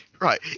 right